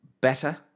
better